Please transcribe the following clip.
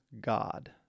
God